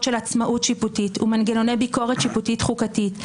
של עצמאות שיפוטית ומנגנוני ביקורת שיפוטית חוקתית,